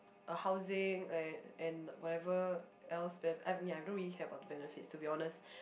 a housing and and whatever else be~ I mean I don't really care about the benefits to be honest